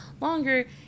longer